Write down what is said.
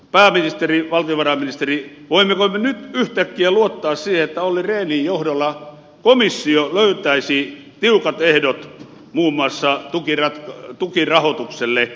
pääministeri valtiovarainministeri voimmeko me nyt yhtäkkiä luottaa siihen että olli rehnin johdolla komissio löytäisi tiukat ehdot muun muassa tukirahoitukselle